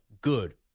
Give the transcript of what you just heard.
good